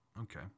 okay